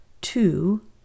Two